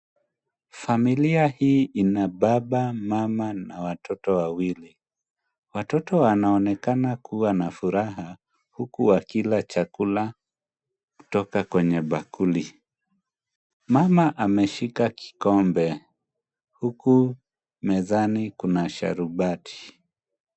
Familia hii ina baba, mama na watoto wawili, watoto wanaonekana kuwa na furaha huku wakila chakula kutoka kwenye bakuli, mama ameshika kikombe huku mezani kuna sharubati.